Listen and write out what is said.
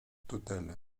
total